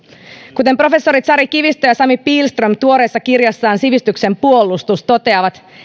kuten professorit sari kivistö ja sami pihlström tuoreessa kirjassaan sivistyksen puolustus toteavat